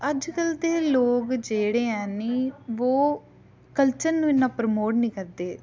अज्जकल दे लोक जेह्ड़े ऐ नी वो कल्चर नू इन्ना प्रमोट नी करदे